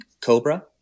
cobra